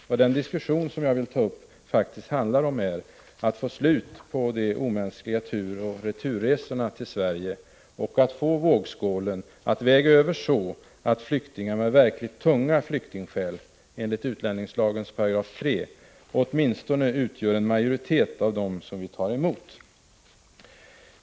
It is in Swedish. Vad den diskussion som jag vill ta upp faktiskt handlar om är att få slut på de omänskliga turoch returresorna till Sverige och att få vågskålen att väga över så att flyktingar med verkligt tunga flyktingskäl åtminstone utgör en majoritet av dem vi tar emot.